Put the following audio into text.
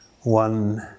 one